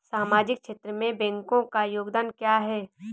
सामाजिक क्षेत्र में बैंकों का योगदान क्या है?